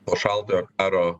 po šaltojo karo